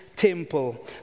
Temple